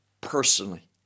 personally